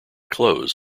clothes